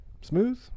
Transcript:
Smooth